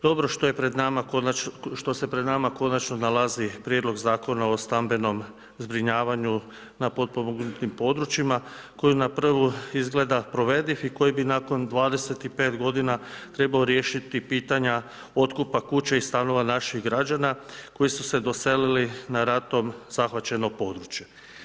Dobro što se pred nama konačno nalazi Prijedlog Zakona o stambenom zbrinjavanju na potpomognutim područjima, koji na prvu izgleda provediv i koji bi nakon 25 g. trebao riješiti pitanja otkupa kuće i stanova naših građana, koji su se doselili na ratom, zahvaćenom područje.